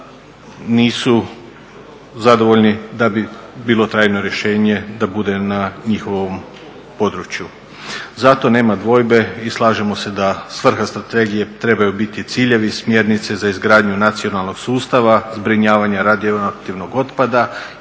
nisu zadovoljni da bi bilo trajno rješenje da bude na njihovom području. Zato nema dvojbe i slažemo se da svrha strategije trebaju biti ciljevi, smjernice za izgradnju nacionalnog sustava, zbrinjavanja radioaktivnog otpada i istrošenog